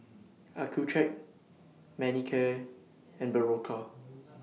Accucheck Manicare and Berocca